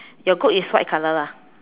your goat is white color lah